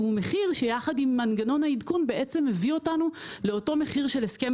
והוא מחיר שיחד עם מנגנון העדכון מביא אותנו לאותו מחיר של הסכם